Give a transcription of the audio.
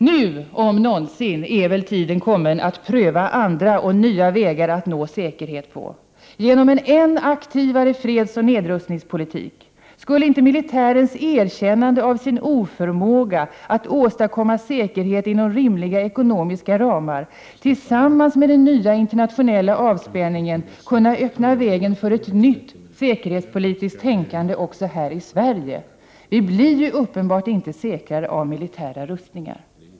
Nu, om någonsin, är väl tiden kommen att pröva andra och nya vägar att nå säkerhet, genom en än aktivare fredsoch nedrustningspolitik. Skulle inte militärens erkännande av sin oförmåga att åstadkomma säkerhet inom rimliga ekonomiska ramar, tillsammans med den nya internationella avspänningen, kunna öppna vägen för ett nytt säkerhetspolitiskt tänkande också här i Sverige? Vi blir ju uppenbarligen inte säkrare av militära upprustningar.